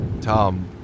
Tom